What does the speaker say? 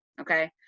Okay